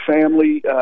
family